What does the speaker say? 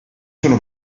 sono